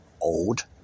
Old